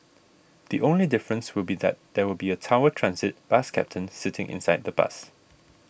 the only difference will be that there will be a Tower Transit bus captain sitting inside the bus